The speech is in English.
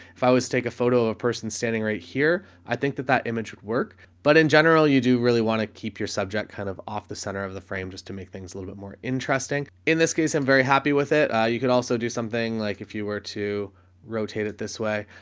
if i was to take a photo of a person standing right here, i think that that image would work. but in general, you do really want to keep your subject kind of off the center of the frame just to make things a little bit more interesting. in this case, i'm very happy with it. ah, you could also do something like if you were to rotate it this way,